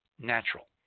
natural